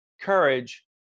courage